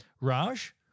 Raj